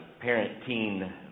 parent-teen